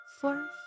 four